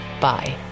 Bye